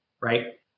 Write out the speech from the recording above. right